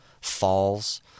falls